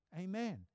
Amen